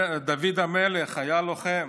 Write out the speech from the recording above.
דוד המלך היה לוחם,